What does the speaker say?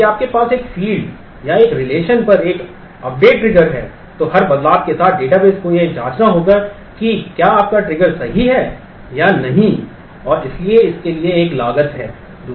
यदि आपके पास एक field या एक रिलेशन सही है या नहीं और इसलिए इसके लिए एक लागत है